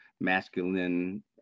masculine